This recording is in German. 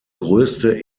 größte